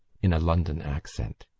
in a london accent.